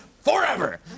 forever